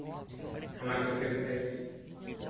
ᱚᱱᱟ ᱠᱷᱟᱹᱛᱤᱨ ᱛᱮ